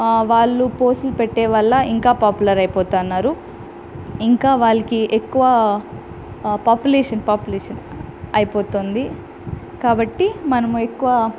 ఆ వాళ్లు పోస్ట్లు పెట్టే వల్ల ఇంకా పాపులర్ అయిపోతున్నారు ఇంకా వాళ్ళకి ఎక్కువ పాపులేషన్ పాపులేషన్ అయిపోతుంది కాబట్టి మనం ఎక్కువ